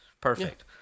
perfect